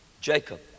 Jacob